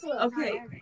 Okay